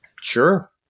Sure